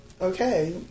okay